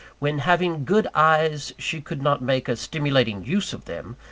when having good eyes she could not make a stimulating use of them,